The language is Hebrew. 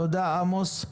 תודה, עמוס.